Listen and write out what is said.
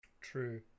True